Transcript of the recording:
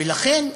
ולכן,